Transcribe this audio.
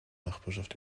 nachbarschaft